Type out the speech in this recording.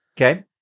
Okay